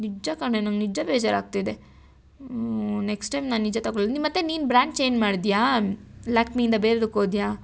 ನಿಜ ಕಣೇ ನನಗ್ ನಿಜ ಬೇಜಾರಾಗ್ತಿದೆ ನೆಕ್ಸ್ಟ್ ಟೈಮ್ ನಾನು ನಿಜ ತಗೊಳಲ್ಲ ನೀ ಮತ್ತೆ ನೀನು ಬ್ರ್ಯಾಂಡ್ ಚೇಂಜ್ ಮಾಡಿದ್ಯಾ ಲ್ಯಾಕ್ಮಿಯಿಂದ ಬೇರೆದಕ್ಕೆ ಹೋದೆಯಾ